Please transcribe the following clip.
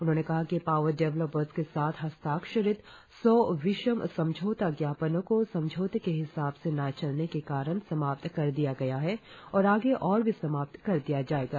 उन्होंने कहा कि पावर डेवलपर्स के साथ हस्ताक्षरित सौं विषम समझौता ज्ञापनों को समझौते के हिसाब से न चलने के कारण समाप्त कर दिया गया है और आगे और भी समाप्त कर दिया जाएगा